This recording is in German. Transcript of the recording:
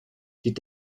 die